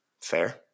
Fair